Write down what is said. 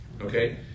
Okay